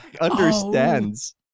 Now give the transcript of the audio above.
understands